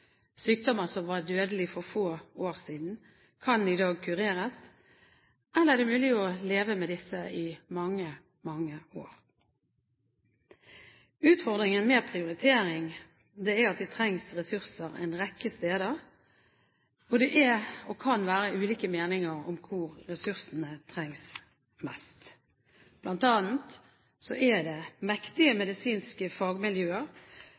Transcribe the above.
Sykdommer som var dødelige for få år siden, kan i dag kureres, eller det er mulig å leve med disse i mange, mange år. Utfordringen med prioritering er at det trengs ressurser en rekke steder, og det kan være ulike meninger om hvor ressursene trengs mest. Blant annet er det mektige medisinske fagmiljøer